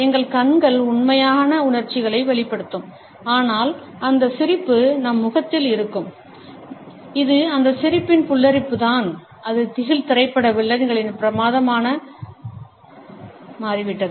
எங்கள் கண்கள் உண்மையான உணர்ச்சிகளை வெளிப்படுத்தும் ஆனால் அந்த சிரிப்பு நம் முகத்தில் இருக்கும் இது இந்த சிரிப்பின் புல்லரிப்புதான் இது திகில் திரைப்பட வில்லன்களின் பிரதானமாக மாறிவிட்டது